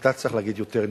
אתה צריך להגיד יותר "נייט".